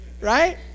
right